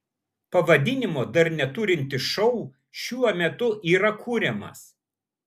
pavadinimo dar neturintis šou šiuo metu yra kuriamas